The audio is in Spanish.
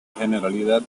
generalidad